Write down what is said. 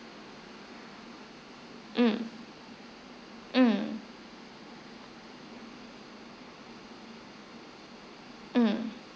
um um um